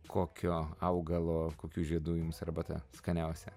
kokio augalo kokių žiedų jums arbata skaniausia